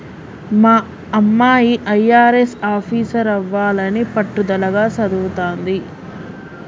మా అమ్మాయి అయ్యారెస్ ఆఫీసరవ్వాలని పట్టుదలగా చదవతాంది